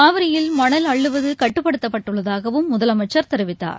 காவிரியில் மணல் அள்ளுவது கட்டுப்படுத்தப்பட்டுள்ளதாகவும் முதலமைச்சர் தெரிவித்தார்